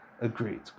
agreed